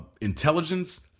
intelligence